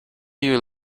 you